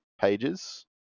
pages